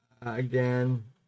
again